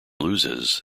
loses